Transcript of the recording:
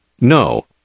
No